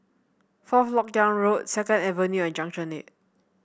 Fourth LoK Yang Road Second Avenue and Junction Eight